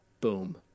Boom